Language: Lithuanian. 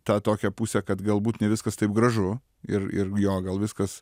tą tokią pusę kad galbūt ne viskas taip gražu ir ir gal gal viskas